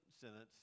sentence